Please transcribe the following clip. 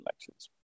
elections